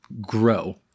grow